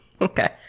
Okay